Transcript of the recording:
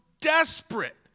desperate